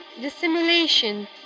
dissimulation